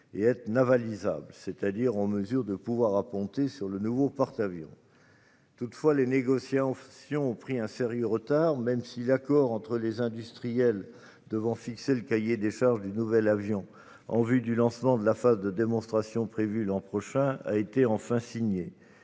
et être « navalisable », c'est-à-dire en mesure d'apponter sur le nouveau porte-avions. Toutefois, les négociations ont pris un sérieux retard, même si l'accord entre les industriels devant fixer le cahier des charges du nouvel avion, en vue du lancement de la phase de démonstration prévue pour l'an prochain, a enfin été signé.